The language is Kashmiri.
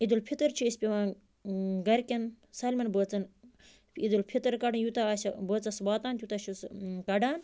عیٖدُالفطر چھِ أسۍ پٮ۪وان گَرِکیٚن سٲلِمَن بانژَن عیٖدُالفطر کَڑُن یوٗتاہ آسہِ بٲژَس واتان تیوٗتاہ چھُ سُہ کڑان